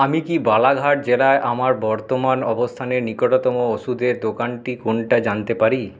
আমি কি বালাঘাট জেলায় আমার বর্তমান অবস্থানে নিকটতম ওষুধের দোকানটি কোনটা জানতে পারি